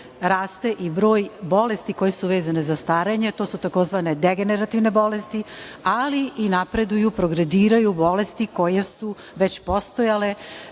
i broj bolesti koje su vezane za starenje, to su tzv. degenerativne bolesti, ali i napreduju, progrediraju bolesti koje su već postojale.